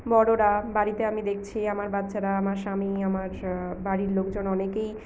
বড়রা বাড়িতে আমি দেখছি আমার বাচ্চারা আমার স্বামী আমার বাড়ির লোকজন অনেকেই